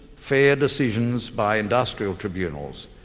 fair decisions by industrial tribunals,